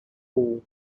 four